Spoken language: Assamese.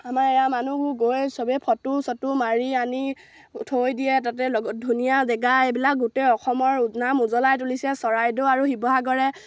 আমাৰ এয়া মানুহবোৰ গৈ চবেই ফটো চটো মাৰি আনি থৈ দিয়ে তাতে লগত ধুনীয়া জেগা এইবিলাক গোটেই অসমৰ নাম উজ্বলাই তুলিছে চৰাইদেউ আৰু শিৱসাগৰে